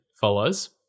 follows